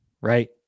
right